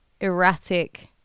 erratic